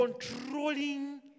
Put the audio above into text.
Controlling